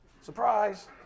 Surprise